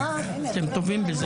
אתם טובים בזה.